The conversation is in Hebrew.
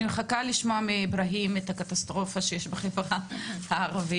אני מחכה לשמוע מאברהים את הקטסטרופה שיש בחברה הערבית.